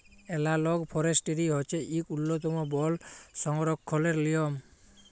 এলালগ forestry হছে ইক উল্ল্যতম বল সংরখ্খলের লিয়ম